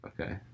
okay